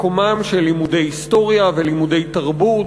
מקומם של לימודי היסטוריה ולימודי תרבות,